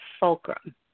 fulcrum